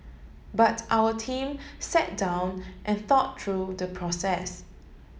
but our team sat down and thought through the process